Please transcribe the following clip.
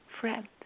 friend